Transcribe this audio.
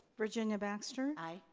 virginia baxter? aye.